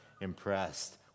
impressed